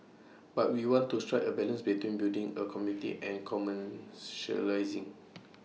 but we want to strike A balance between building A community and commercialising